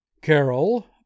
CAROL